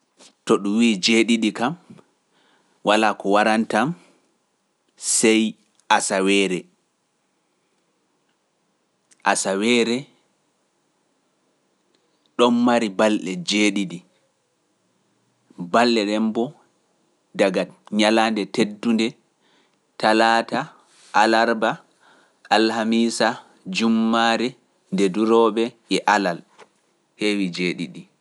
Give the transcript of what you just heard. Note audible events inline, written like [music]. [noise] To ɗum wii jeeɗiɗi kam, walaa ko waranta am, sey asaweere. Asaweere, ɗon mari bal heewi jeeɗiɗi.